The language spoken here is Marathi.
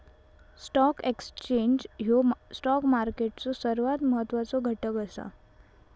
स्टॉक एक्सचेंज ह्यो स्टॉक मार्केटचो सर्वात महत्वाचो घटक असा